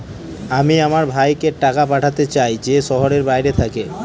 আমি আমার ভাইকে টাকা পাঠাতে চাই যে শহরের বাইরে থাকে